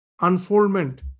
unfoldment